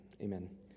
Amen